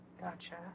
Gotcha